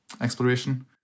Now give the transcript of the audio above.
exploration